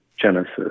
Genesis